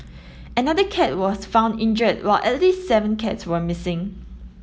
another cat was found injured while at least seven cats were missing